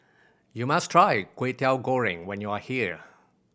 you must try Kwetiau Goreng when you are here